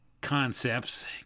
concepts